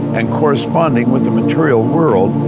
and corresponding with the material world,